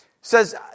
says